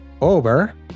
over